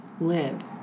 live